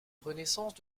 renaissance